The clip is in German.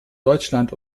deutschland